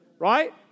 Right